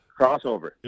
crossover